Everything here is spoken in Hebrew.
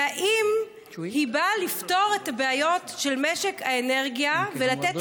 והאם היא באה לפתור את הבעיות של משק האנרגיה ולתת